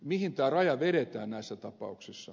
mihin tämä raja vedetään näissä tapauksissa